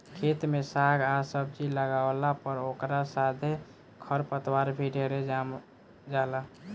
खेत में साग आ सब्जी लागावला पर ओकरा साथे खर पतवार भी ढेरे जाम जाला